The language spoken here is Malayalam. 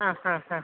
ആ ആ ആ